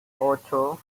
ocho